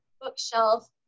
bookshelf